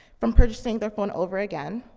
from purchasing their phone over again,